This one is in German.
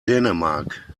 dänemark